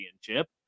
championship